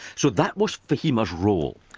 so that was fahima's role.